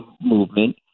movement